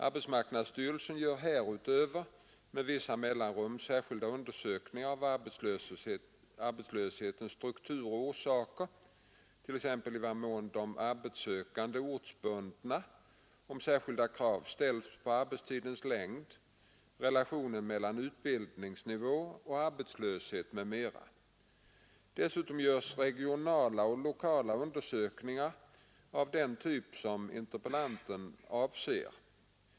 Arbetsmarknadsstyrelsen gör härutöver med vissa mellanrum särskilda undersökningar av arbetslöshetens struktur och orsaker, t.ex. i vad mån de arbetssökande är ortsbundna, om särskilda krav ställs på arbetstidens längd, relationen mellan utbildningsnivå och arbetslöshet m.m.. Dessutom görs regionala och lokala undersökningar av den typ som interpellanten avser.